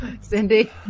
Cindy